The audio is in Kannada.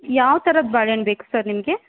ಯಾವ ಥರದ ಬಾಳೆಹಣ್ಣು ಬೇಕು ಸರ್ ನಿಮಗೆ